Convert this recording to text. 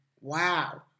wow